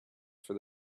for